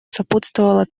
сопутствовало